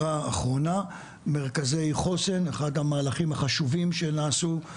חס וחלילה, קטי.